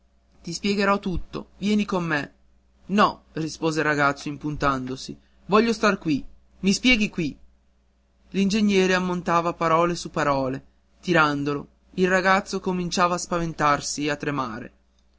ti spiegherò tutto vieni con me no rispose il ragazzo impuntandosi voglio star qui i spieghi qui l'ingegnere ammontava parole su parole tirandolo il ragazzo cominciava a spaventarsi e a tremare